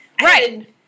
Right